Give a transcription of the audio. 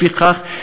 לפיכך,